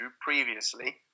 previously